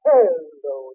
Hello